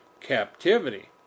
captivity